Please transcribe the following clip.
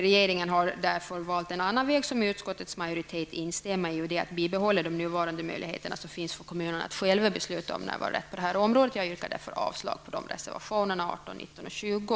Regeringen har därför valt en annan väg som utskottsmajoriteten instämmer i, nämligen att man skall bibehålla de nya möjligheterna som finns för kommunerna att själva besluta om närvarorätt på detta område. Jag yrkar därför avslag på reservationerna 18, 19 och 20.